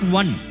one